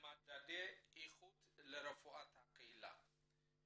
למדדי איכות לרפואת הקהילה.